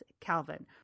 Calvin